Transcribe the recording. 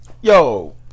Yo